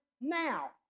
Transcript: now